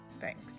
Thanks